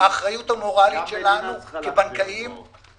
האחריות המורלית, המוסרית,